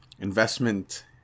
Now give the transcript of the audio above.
investment